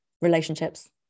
relationships